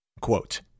Quote